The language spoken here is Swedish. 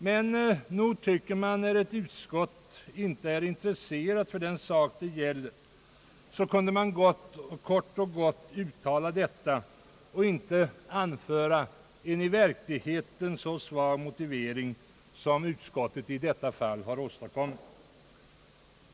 Men när ett utskott inte har intresse för den sak det gäller tycker jag att man kort och gott kunde uttala detta och inte anföra en i verkligheten så svag motivering som utskottet i detta fall har åstadkommit.